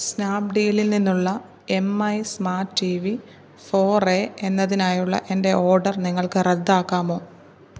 സ്നാപ്ഡീലിൽ നിന്നുള്ള M I smart T V four A എന്നതിനായുള്ള എൻ്റെ ഓഡർ നിങ്ങൾക്ക് റദ്ദാക്കാമോ